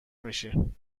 میشی